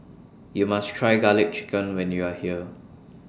YOU must Try Garlic Chicken when YOU Are here